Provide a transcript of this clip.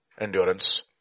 endurance